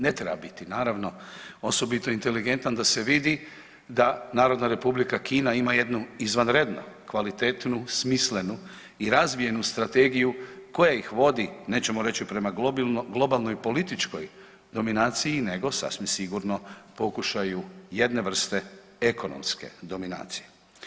Ne treba biti naravno osobito inteligentan da se vidi da Narodna Republika Kina ima jednu izvanredno kvalitetnu smislenu i razvijenu strategiju koja ih vodi, nećemo reći prema globalnoj političkoj dominaciji, nego sasvim sigurno pokušaju jedne vrste ekonomske dominacije.